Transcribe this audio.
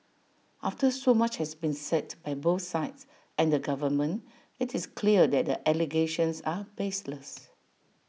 after so much has been said by both sides and the government IT is clear that the allegations are baseless